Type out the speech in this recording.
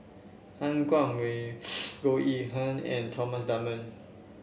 Han Guangwei Goh Yihan and Thomas Dunman